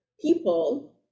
people